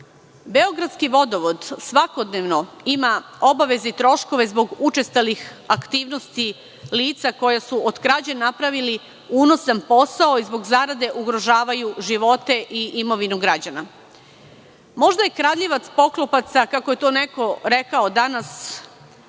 dinara. Beogradski vodovod svakodnevno ima obaveze i troškove zbog učestalih aktivnosti lica koja su od krađe napravili unosan posao i zbog zarade ugrožavaju živote i imovinu građana. Možda je kradljivac poklopaca, kako je to neko rekao danas,